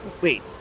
wait